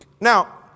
Now